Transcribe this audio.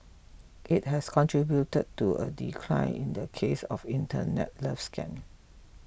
it has contributed to a decline in the cases of Internet love scams